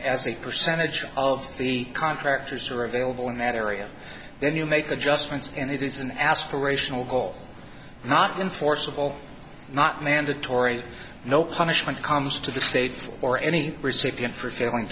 as a percentage of the contractors are available in that area then you make adjustments and it is an aspirational goal not enforceable not mandatory no punishment comes to the states or any recipient for failing